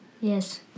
Yes